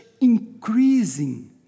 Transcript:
increasing